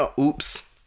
Oops